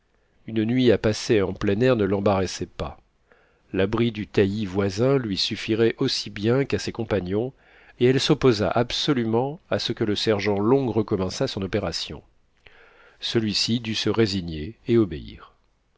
une nuit à passer en plein air ne l'embarrassait pas l'abri du taillis voisin lui suffirait aussi bien qu'à ses compagnons et elle s'opposa absolument à ce que le sergent long recommençât son opération celui-ci dut se résigner et obéir